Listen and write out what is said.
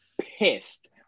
pissed